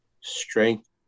strength